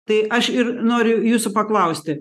tai aš ir noriu jūsų paklausti